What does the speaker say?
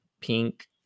pink